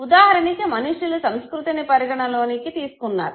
ఉదాహరణకి మనుష్యులు సంస్కృతిని పరిగణలోనికి తీసుకున్నారు